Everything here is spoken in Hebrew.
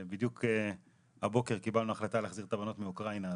בדיוק הבוקר קיבלנו החלטה להחזיר את הבנות מאוקראינה.